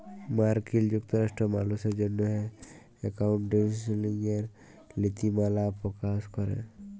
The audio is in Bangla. মার্কিল যুক্তরাষ্ট্রে মালুসের জ্যনহে একাউল্টিংয়ের লিতিমালা পকাশ ক্যরে